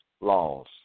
laws